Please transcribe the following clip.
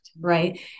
right